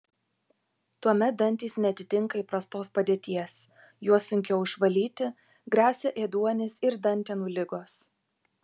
tuomet dantys neatitinka įprastos padėties juos sunkiau išvalyti gresia ėduonis ir dantenų ligos